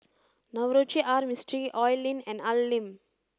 Navroji R Mistri Oi Lin and Al Lim